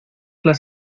las